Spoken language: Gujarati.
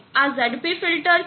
તેથી આ ઝડપી ફિલ્ટર છે